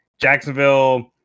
Jacksonville